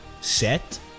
set